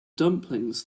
dumplings